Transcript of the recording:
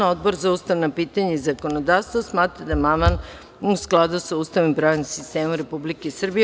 Odbor za ustavna pitanja i zakonodavstvo smatra da je amandman u skladu sa Ustavom i pravnim sistemom Republike Srbije.